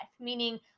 meaning